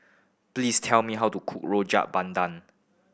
please tell me how to cook Rojak Bandung